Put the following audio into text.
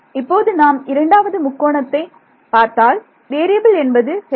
இப்போது நாம் இரண்டாவது முக்கோணத்தை பார்த்தால் வேறியபில் என்பது H